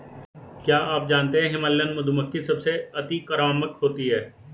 क्या आप जानते है हिमालयन मधुमक्खी सबसे अतिक्रामक होती है?